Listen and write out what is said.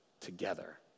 together